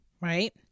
Right